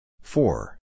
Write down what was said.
four